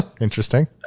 Interesting